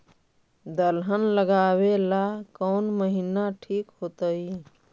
दलहन लगाबेला कौन महिना ठिक होतइ?